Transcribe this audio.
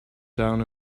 down